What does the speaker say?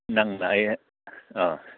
ꯅꯪꯅ ꯑꯩ ꯑꯥ